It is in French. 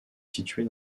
située